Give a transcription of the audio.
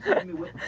anyway,